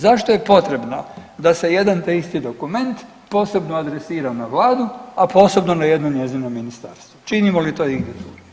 Zašto je potrebno da se jedan te isti dokument posebno adresira na vladu, a posebno na jedno njezino ministarstvo, činimo li to igdje drugdje?